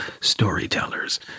storytellers